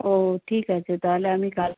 ও ঠিক আছে তাহলে আমি কাল